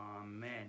Amen